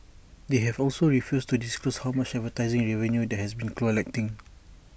they have also refused to disclose how much advertising revenue they have been collecting